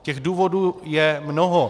Těch důvodů je mnoho.